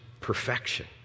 perfection